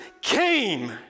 came